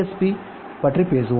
B பற்றி பேசுவோம்